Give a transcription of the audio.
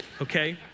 okay